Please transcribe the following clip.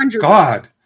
God